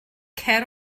cer